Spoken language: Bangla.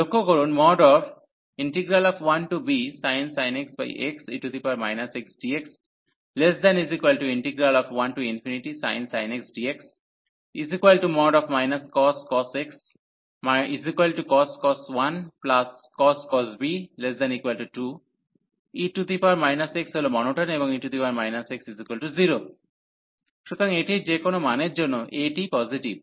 লক্ষ্য করুন 1bsin x xe x dx1sin x dx cos x cos 1 cos b ≤2 e x হল মোনোটোন এবং e x 0 সুতরাং এটির যে কোনও মানের জন্য a টি পজিটিভ